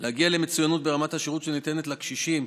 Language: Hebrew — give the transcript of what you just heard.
להגיע למצוינות ברמת השירות שניתן לקשישים,